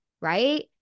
right